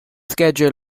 schedule